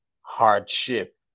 Hardship